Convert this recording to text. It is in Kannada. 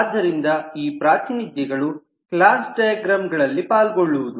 ಆದ್ದರಿಂದ ಈ ಪ್ರಾತಿನಿಧ್ಯ ಗಳು ಕ್ಲಾಸ್ ಡೈಗ್ರಾಮ್ಗಳಲ್ಲಿ ಪಾಲ್ಗೊಳ್ಳುವುದು